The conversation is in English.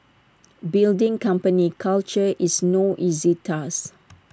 building company culture is no easy task